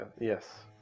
Yes